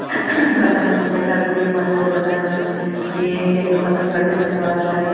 पतंग जी चट्टाभेटीअ में मज़ो वठंदा आहिनि उनमें जीअं ई कंहिंजो पतंग कटिजंदो आहे त